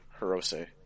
Hirose